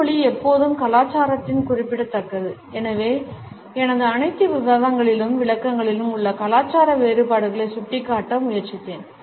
உடல் மொழி எப்போதும் கலாச்சார த்துன் குறிப்பிடத்தக்கது எனவே எனது அனைத்து விவாதங்களிலும் விளக்கங்களில் உள்ள கலாச்சார வேறுபாடுகளை சுட்டிக்காட்ட முயற்சித்தேன்